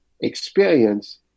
experience